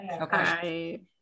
okay